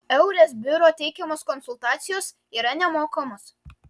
eures biuro teikiamos konsultacijos yra nemokamos